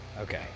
Okay